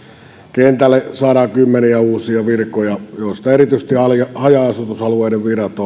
kentälle saadaan kymmeniä uusia virkoja joista erityisesti haja asutusalueiden virat